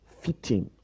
fitting